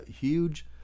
huge